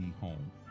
home